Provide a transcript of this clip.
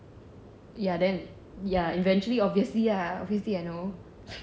ya then ya eventually obviously lah obviously I know